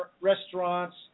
restaurants